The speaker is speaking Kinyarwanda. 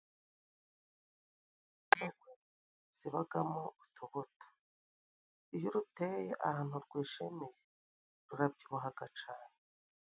Zibagamo utubuto, iyo uruteye ahantu rwishimiye rurabyibuhaga cane.